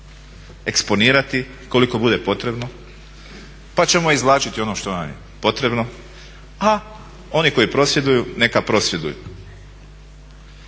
eksponirati koliko bude potrebno, pa ćemo izvlačiti ono što nam je potrebno a oni koji prosvjeduju neka prosvjeduju.